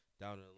Down